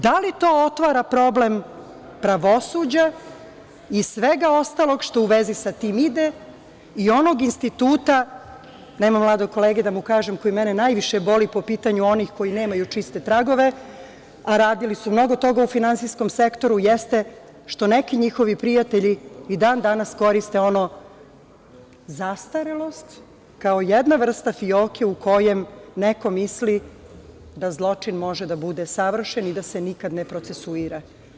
Da li to otvara problem pravosuđa i svega ostalog što u vezi sa tim ide i onog instituta, nema mladog kolege da mu kažem, koji mene najviše boli po pitanju onih koji nemaju čiste tragove, a radili su mnogo toga u finansijskom sektoru, jeste što neki njihovi prijatelji i dan danas koriste ono – zastarelost, kao jednu vrstu fioke u kojoj neko misli da zločin može da bude savršen i da se nikad ne procesuira?